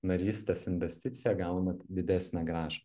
narystės investiciją gaunat didesnę grąžą